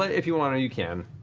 if you want to, you can.